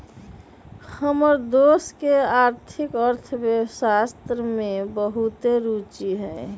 हमर दोस के आर्थिक अर्थशास्त्र में बहुते रूचि हइ